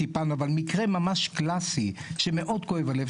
אבל מקרה ממש קלאסי שמאוד כואב הלב,